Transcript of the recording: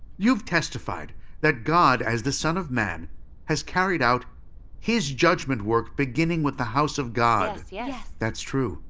you've testified that god as the son of man has carried out his judgment work beginning with the house of god. yeah yeah that's true.